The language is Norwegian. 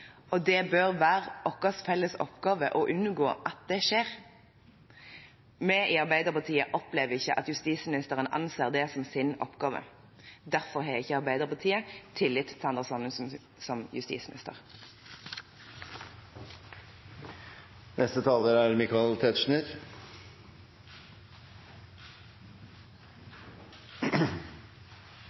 helhet. Det bør være vår felles oppgave å unngå at det skjer. Vi i Arbeiderpartiet opplever ikke at justisministeren anser det som sin oppgave. Derfor har ikke Arbeiderpartiet tillit til Anders Anundsen som justisminister.